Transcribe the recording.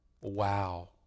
wow